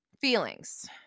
feelings